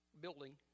building